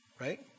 right